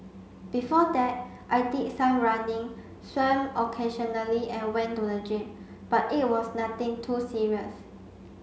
before that I did some running swam occasionally and went to the gym but it was nothing too serious